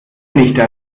nicht